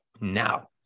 now